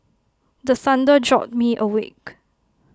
the thunder jolt me awake